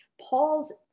Paul's